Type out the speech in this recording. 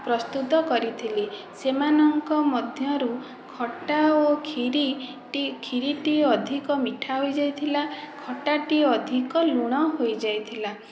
ପ୍ରସ୍ତୁତ କରିଥିଲି ସେମାନଙ୍କ ମଧ୍ୟରୁ ଖଟା ଓ କ୍ଷୀରି କ୍ଷୀରିଟି ଅଧିକ ମିଠା ହୋଇଯାଇଥିଲା ଖଟାଟି ଅଧିକ ଲୁଣ ହୋଇଯାଇଥିଲା